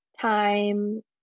time